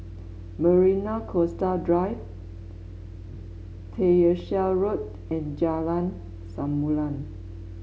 Marina Coastal Drive Tyersall Road and Jalan Samulun